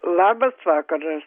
labas vakaras